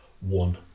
one